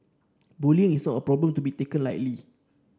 bullying is not a problem to be taken lightly